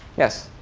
yes.